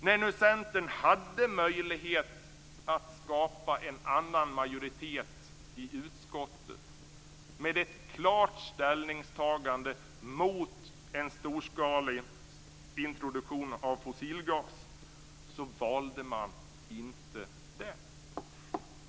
När nu Centern hade möjlighet att skapa en annan majoritet i utskottet, med ett klart ställningstagande mot en storskalig introduktion av fossilgas, valde man att inte göra det.